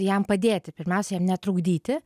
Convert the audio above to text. jam padėti pirmiausia jam netrukdyti